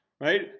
right